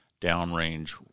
downrange